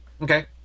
Okay